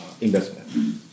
investment